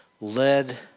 led